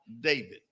David